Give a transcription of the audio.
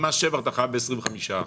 במס שבח אתה חייב ב-25 אחוזים.